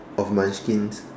of my skin